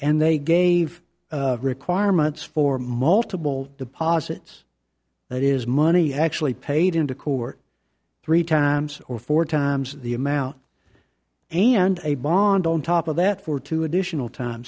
and they gave requirements for multiple deposits that is money actually paid into court three times or four times the amount and a bond on top of that for two additional time